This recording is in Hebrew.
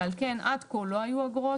ועל כן עד כה לא היו אגרות.